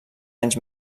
anys